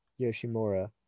Yoshimura